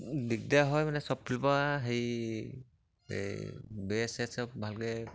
দিগদাৰ হয় মানে চব ফালৰপৰা হেৰি এই বেৰ চেৰ চব ভালকৈ